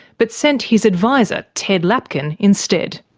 but sent his advisor ted lapkin instead.